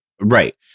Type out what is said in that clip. right